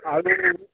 আৰু